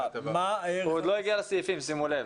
הוא עוד לא הגיע לסעיפים, שימו לב.